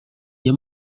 nie